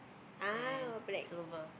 and silver